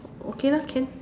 okay lah can